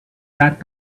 that